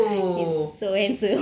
oo